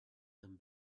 them